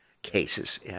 cases